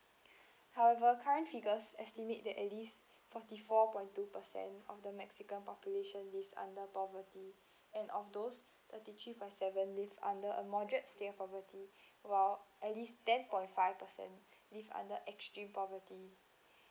however current figures estimate that at least forty four point two percent of the mexican population lives under poverty and of those thirty three point seven live under a moderate state of poverty while at least ten point five percent live under extreme poverty